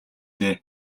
дээ